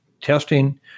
testing